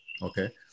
okay